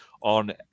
on